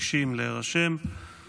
סולומון (הציונות הדתית): 6 אלי דלל (הליכוד):